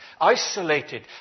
isolated